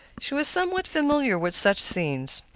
she was somewhat familiar with such scenes.